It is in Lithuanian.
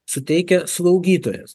suteikia slaugytojas